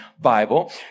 Bible